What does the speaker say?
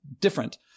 different